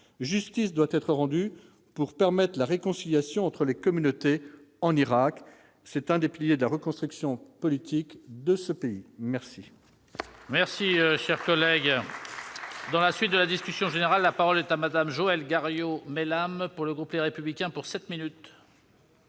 justice doit être rendue pour permettre la réconciliation entre les communautés en Irak, c'est un des piliers de la reconstruction politique de ce pays, merci.